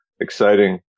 exciting